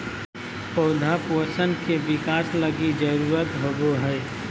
पौधा पोषण के बिकास लगी जरुरत होबो हइ